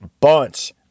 bunch